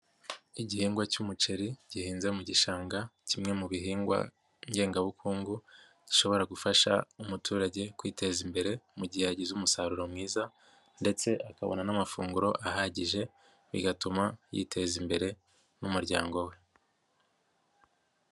Igihingwa cy'umuceri gihinze mu gishanga kimwe mu bihingwa ngengabukungu gishobora gufasha umuturage kwiteza imbere mu gihe yagize umusaruro mwiza ndetse akabona n'amafunguro ahagije, bigatuma yiteza imbere n'umuryango we.